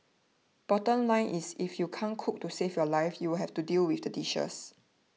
bottom line is if you can't cook to save your life you'll have to deal with the dishes